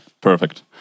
Perfect